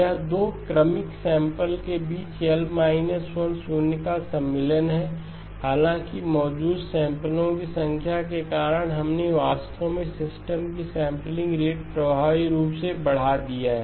यह 2 क्रमिक सैंपल के बीच एल L 1 शून्य का सम्मिलन है हालाँकि मौजूद सैंपलो की संख्या के कारण आपने वास्तव में सिस्टम की सैंपलिंग रेट प्रभावी रूप से बढ़ा दिए हैं